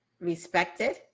respected